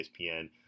ESPN